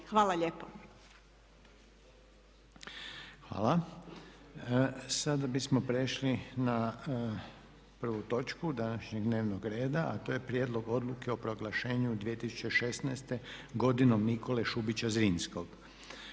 Željko (HDZ)** Sada bismo prešli na prvu točku današnjeg dnevnog reda, a to je - Prijedlog odluke o proglašenju 2016. "Godinom Nikole Šubića Zrinskog"